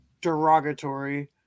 derogatory